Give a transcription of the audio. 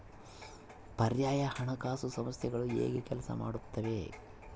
ಪರ್ಯಾಯ ಹಣಕಾಸು ಸಂಸ್ಥೆಗಳು ಹೇಗೆ ಕೆಲಸ ಮಾಡುತ್ತವೆ?